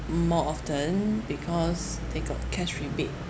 m~ more often because they got cash rebate